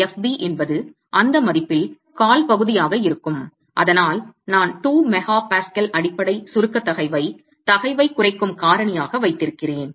fb என்பது அந்த மதிப்பில் கால் பகுதியாக இருக்கும் அதனால் நான் 2 MPa அடிப்படை சுருக்க தகைவை தகைவைக் குறைக்கும் காரணியாக வைத்திருக்கிறேன்